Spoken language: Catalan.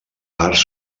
parts